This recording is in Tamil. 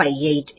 58